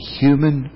human